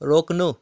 रोक्नु